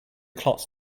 clutch